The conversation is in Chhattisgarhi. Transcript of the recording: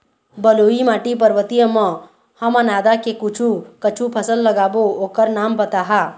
बलुई माटी पर्वतीय म ह हमन आदा के कुछू कछु फसल लगाबो ओकर नाम बताहा?